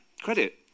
credit